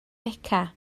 beca